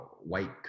white